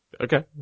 okay